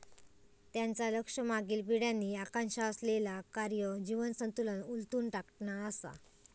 त्यांचा लक्ष मागील पिढ्यांनी आकांक्षा असलेला कार्य जीवन संतुलन उलथून टाकणा असा